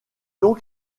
donc